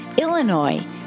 Illinois